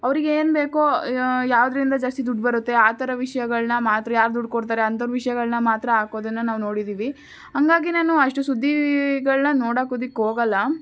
ಅವರಿಗೆ ಏನು ಬೇಕೋ ಯಾವುದ್ರಿಂದ ಜಾಸ್ತಿ ದುಡ್ಡು ಬರುತ್ತೆ ಆ ಥರ ವಿಷಯಗಳನ್ನ ಮಾತ್ರ ಯಾರು ದುಡ್ಡು ಕೊಡ್ತಾರೆ ಅಂತವ್ರ ವಿಷಯಗಳನ್ನ ಮಾತ್ರ ಹಾಕೋದನ್ನ ನಾವು ನೋಡಿದ್ದೀವಿ ಹಾಗಾಗಿ ನಾನು ಅಷ್ಟು ಸುದ್ದಿಗಳನ್ನ ನೋಡದಿಕ್ ಹೋಗಲ್ಲ